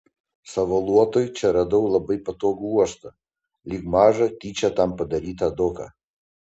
savo luotui čia radau labai patogų uostą lyg mažą tyčia tam padarytą doką